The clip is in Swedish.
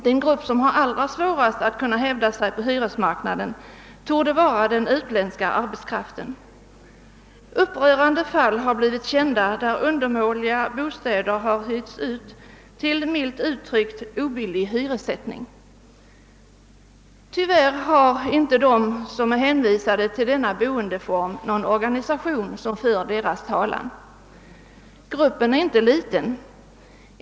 Den grupp som hår de allra största svårigheterna att kunna hävda sig på hyresmarknaden torde vara den utländska arbetskraften. Upprörande fall har blivit kända, där undermåliga bostäder har hyrts ut till, milt uttryckt, obilliga hyror. Tyvärr har inte de som är hänvisade till denna boendeform någon organisation som för deras talan. Gruppen är inte liten.